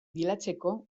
bilatzeko